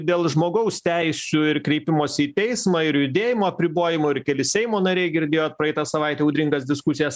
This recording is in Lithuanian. dėl žmogaus teisių ir kreipimosi į teismą ir judėjimo apribojimo ir keli seimo nariai girdėjot praeitą savaitę audringas diskusijas